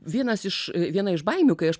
vienas iš viena iš baimių kai aš